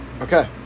Okay